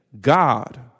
God